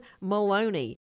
Maloney